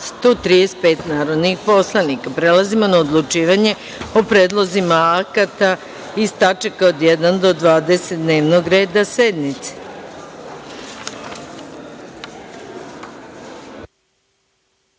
135 narodnih poslanika. Prelazimo na odlučivanje o Predlozima akata iz tačaka od 1. do 20. dnevnog reda sednice. Stavljam